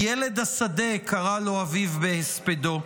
ילד השדה, קרא לו אביו בהספדו.